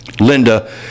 Linda